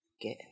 Get